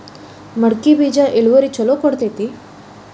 ಮಡಕಿ ಬೇಜ ಇಳುವರಿ ಛಲೋ ಕೊಡ್ತೆತಿ?